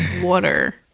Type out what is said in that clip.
Water